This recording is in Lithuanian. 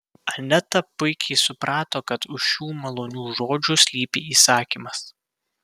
aneta puikiai suprato kad už šių malonių žodžių slypi įsakymas